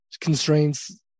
constraints